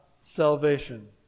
salvation